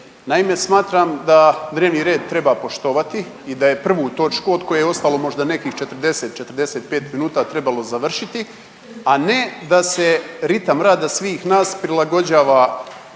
Naime, smatram da dnevni red treba poštovati i da je prvu točku od koje ostalo možda nekih 40, 45 minuta trebalo završiti, a ne da se ritam rada svih nas prilagođava